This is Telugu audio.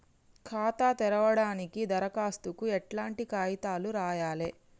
ఖాతా తెరవడానికి దరఖాస్తుకు ఎట్లాంటి కాయితాలు రాయాలే?